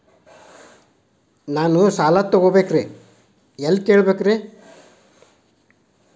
ನಾನು ಸಾಲ ತೊಗೋಬೇಕ್ರಿ ಎಲ್ಲ ಕೇಳಬೇಕ್ರಿ?